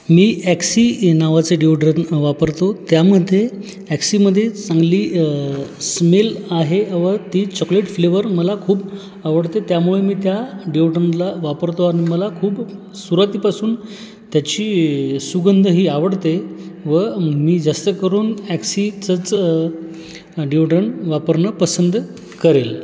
मी Axe हे नावाचं deodorant वापरतो त्यामध्ये ॲक्सिमध्ये चांगली स्मेल आहे व ती चॉकलेट फ्लेवर मला खूप आवडते त्यामुळे मी त्या डिओड्रनला वापरतो आणि मला खूप सुरुवातीपासून त्याची सुगंध ही आवडते व मी जास्त करून ॲक्सिचंच डीओड्रन वापरणं पसंत करेल